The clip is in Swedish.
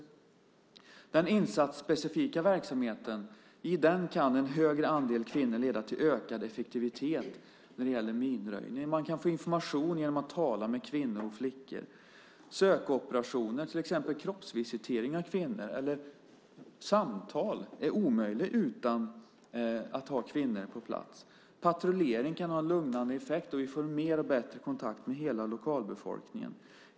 I den insatsspecifika verksamheten kan en högre andel kvinnor leda till ökad effektivitet när det gäller minröjning. Man kan få information genom att tala med kvinnor och flickor. Sökoperationer, till exempel kroppsvisitering av kvinnor eller samtal, är omöjliga utan att man har kvinnor på plats. Patrullering kan ha en lugnande effekt. Vi får mer och bättre kontakt med hela lokalbefolkningen.